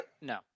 No